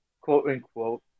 quote-unquote